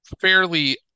fairly